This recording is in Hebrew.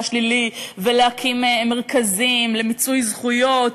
השלילי ולהקים מרכזים למיצוי זכויות.